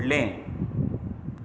फुडलें